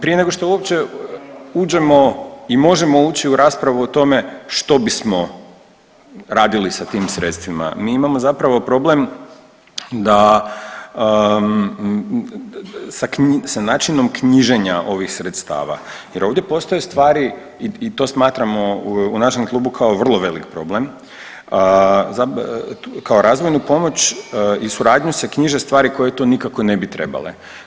Prije nego što uopće uđemo i možemo ući u raspravu o tome što bismo radili sa tim sredstvima, mi imamo zapravo problem da, sa načinom knjiženja ovih sredstava jer ovdje postoje stvari i to smatramo u našem klubu kao vrlo velik problem za kao razvojnu pomoć i suradnju se knjiže stvari koje to nikako ne bi trebale.